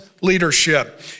leadership